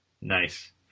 Nice